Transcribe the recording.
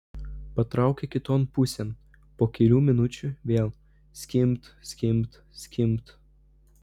patraukė kiton pusėn po kelių minučių vėl skimbt skimbt skimbt